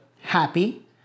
Happy